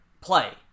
play